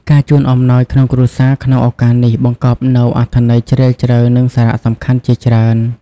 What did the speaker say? ការជូនអំណោយក្នុងគ្រួសារក្នុងឱកាសនេះបង្កប់នូវអត្ថន័យជ្រាលជ្រៅ និងសារៈសំខាន់ជាច្រើន។